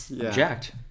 jacked